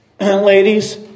Ladies